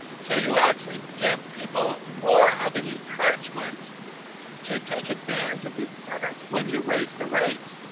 so you actually give people more of an encouragement to take advantage of the sentence when you raise the rates.